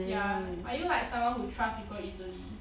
ya are you like someone who trust people easily